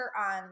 on